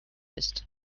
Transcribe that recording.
ist